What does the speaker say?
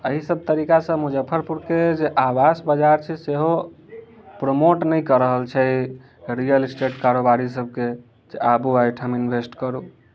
एहि सभ तरीका से मुजफ्फरपुरके जे आवास बाजार छै सेहो प्रोमोट नहि कऽ रहल छै रियल इस्टेट कारोबारी सभके जे आबू एहिठाम इन्वेस्ट करू